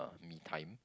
me time